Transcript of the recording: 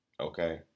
okay